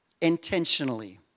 Intentionally